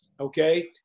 okay